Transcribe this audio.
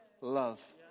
love